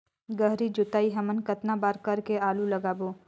गहरी जोताई हमन कतना बार कर के आलू लगाबो?